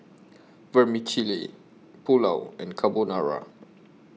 Vermicelli Pulao and Carbonara